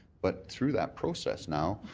but through that process now,